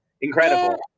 Incredible